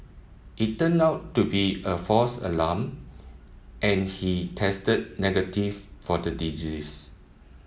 it turned out to be a false alarm and he tested negative for the disease